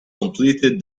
completed